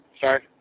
Sorry